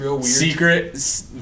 secret